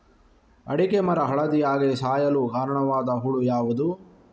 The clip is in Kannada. ಅಡಿಕೆ ಮರ ಹಳದಿಯಾಗಿ ಸಾಯಲು ಕಾರಣವಾದ ಹುಳು ಯಾವುದು?